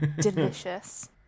delicious